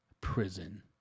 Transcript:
prison